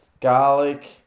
Garlic